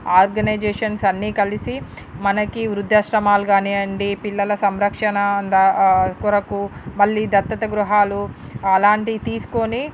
organisations అన్నీ కలిసి మనకి వృద్ధాశ్రమాలు కానీయండి పిల్లల సంరక్షణ కొరకు మళ్ళీ దత్తత గృహాలు అలాంటి తీసుకొని